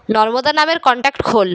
নর্মদা নামের কন্ট্যাক্ট খোল